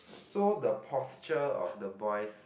so the posture of the boys